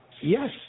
yes